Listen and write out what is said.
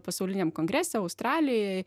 pasauliniam kongrese australijoj